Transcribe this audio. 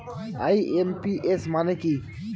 IMPS মানে কি?